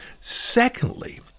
Secondly